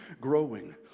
growing